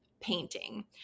painting